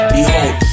Behold